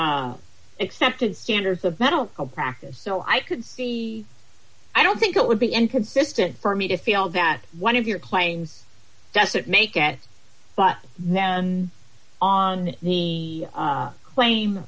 accepted standards of mental practice so i could see i don't think it would be inconsistent for me to feel that one of your clients doesn't make at but them on the claim